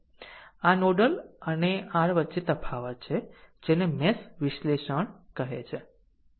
આમ આ નોડલ અને r વચ્ચે તફાવત છે જેને મેશ વિશ્લેષણ કહે છે